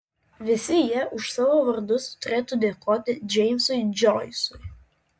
visi jie už savo vardus turėtų dėkoti džeimsui džoisui